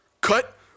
Cut